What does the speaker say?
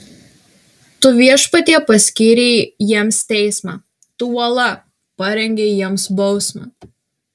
tu viešpatie paskyrei jiems teismą tu uola parengei jiems bausmę